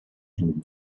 and